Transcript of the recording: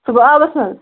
سُہ گوٚو آبَس منٛز